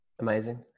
Amazing